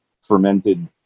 fermented